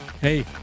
Hey